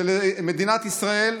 של מדינת ישראל,